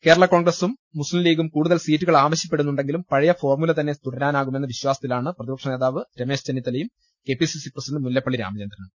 കേരളാ കോൺഗ്രസും മുസ്ലീം ലീഗും കൂടു തൽ സീറ്റുകൾ ആവശ്യപ്പെടുന്നുണ്ടെങ്കിലും പഴയ ഫോർമുല തന്നെ തുടരാനാകുമെന്ന വിശ്വാസത്തിലാണ് പ്രതി പക്ഷ നേതാവ് രമേശ് ചെന്നിത്തലയും കെപിസിസി പ്രസി ഡന്റ് മുല്ലപ്പള്ളി രാമചന്ദ്രനും